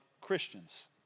Christians